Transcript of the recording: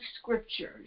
scriptures